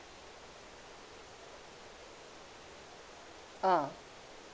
ah